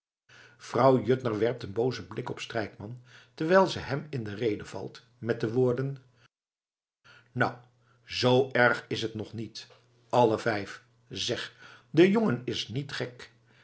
vrouw juttner werpt een boozen blik op strijkman terwijl ze hem in de rede valt met de woorden nou zoo erg is t nog niet alle vijf zeg de jongen is niet gek